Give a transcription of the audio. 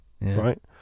right